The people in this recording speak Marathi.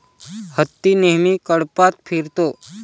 हत्ती नेहमी कळपात फिरतो